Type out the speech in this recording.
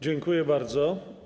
Dziękuję bardzo.